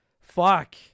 Fuck